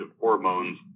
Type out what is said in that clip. hormones